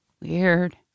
Weird